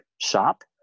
shop